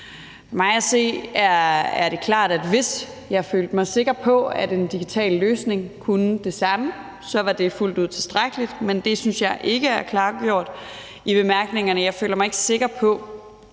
hvis jeg følte mig sikker på, at en digital løsning kunne det samme, var det fuldt ud tilstrækkeligt, men det synes jeg ikke er klargjort i bemærkningerne. Jeg føler mig ikke sikker på,